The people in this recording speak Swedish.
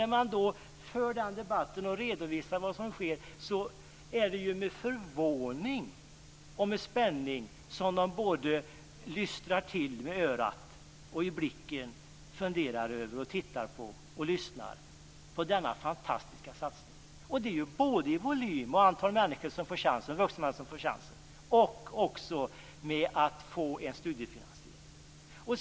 När man för den debatten och redovisar vad som sker är det med förvåning och spänning som de lystrar till med örat, lyssnar på, får något i blicken och funderar över denna fantastiska satsning. Det handlar både om volym och antal vuxna som får chansen, också med att få en studiefinansiering.